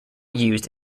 used